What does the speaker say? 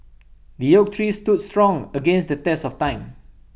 the oak tree stood strong against the test of time